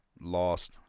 lost